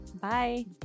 Bye